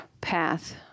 path